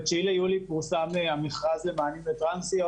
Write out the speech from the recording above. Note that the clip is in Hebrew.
ב-9 ביולי פורסם המכרז למענים לטרנסיות.